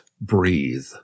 breathe